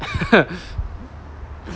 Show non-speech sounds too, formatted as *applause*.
*laughs*